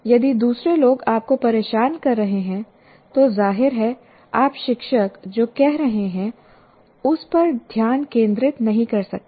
यदि दूसरे लोग आपको परेशान कर रहे हैं तो जाहिर है आप शिक्षक जो कह रहे हैं उस पर ध्यान केंद्रित नहीं कर सकते